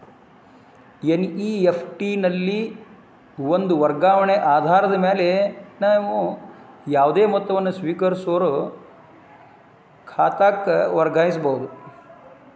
NEFT ನಲ್ಲಿ ಒಂದ ವರ್ಗಾವಣೆ ಆಧಾರದ ಮ್ಯಾಲೆ ನೇವು ಯಾವುದೇ ಮೊತ್ತವನ್ನ ಸ್ವೇಕರಿಸೋರ್ ಖಾತಾಕ್ಕ ವರ್ಗಾಯಿಸಬಹುದ್